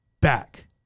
back